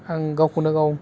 आं गावखौनो गाव